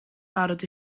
barod